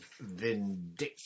vindictive